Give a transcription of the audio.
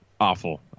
Awful